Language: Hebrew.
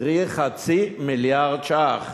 קרי חצי מיליארד ש"ח,